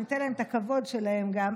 שניתן להם את הכבוד שלהם גם.